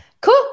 cool